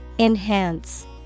enhance